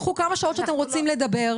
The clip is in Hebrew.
תקחו כמה שעות שאתם רוצים לדבר,